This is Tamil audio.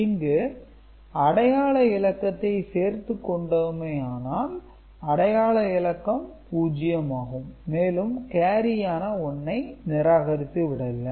இங்கு அடையாள இலக்கத்தை சேர்த்துக் கொண்டோமானால் அடையாள இலக்கம் 0 ஆகும் மேலும் கேரியான 1 ஐ நிராகரித்து விடலாம்